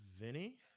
Vinny